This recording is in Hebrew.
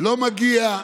לא מגיע,